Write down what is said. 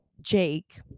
Jake